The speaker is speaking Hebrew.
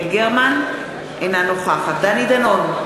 אינה נוכחת דני דנון,